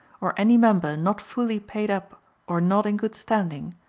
or any member not fully paid up or not in good standing,